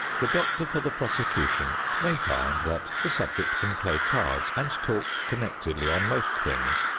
the doctor for the prosecution may find that the subject can play cards and talk connectedly on most things,